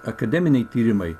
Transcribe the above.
akademiniai tyrimai